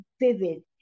vivid